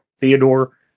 Theodore